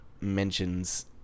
mentions